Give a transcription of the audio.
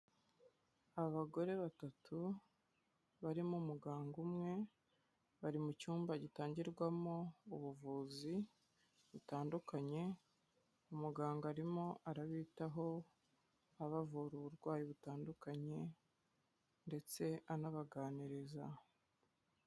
Abagore batatu barimo umuganga umwe, bari mu cyumba gitangirwamo ubuvuzi butandukanye, umuganga arimo arabitaho, abavura uburwayi butandukanye, ndetse anabaganiriza.